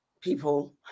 people